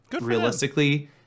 realistically